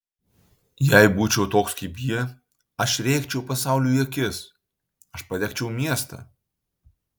jei būčiau toks kaip jie aš rėkčiau pasauliui į akis aš padegčiau miestą